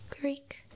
Greek